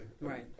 Right